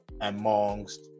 amongst